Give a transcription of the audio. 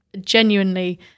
genuinely